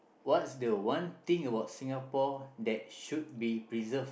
what's the one thing about Singapore that should be preserved